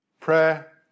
Prayer